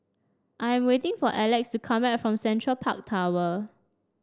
I'm waiting for Elex to come back from Central Park Tower